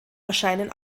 erscheinen